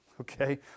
okay